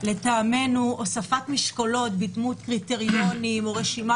ולטעמנו הוספת משקולות בדמות קריטריונים או רשימה